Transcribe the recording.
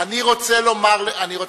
אני רוצה לומר לך,